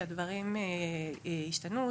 שהדברים ישתנו,